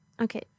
Okay